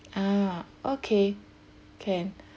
uh okay can